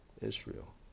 Israel